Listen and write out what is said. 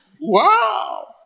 Wow